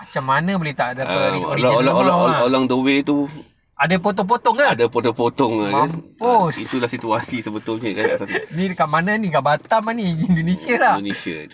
macam mana boleh tak orginal ada potong potong ke mampus kat mana ni kat batam ni indonesia lah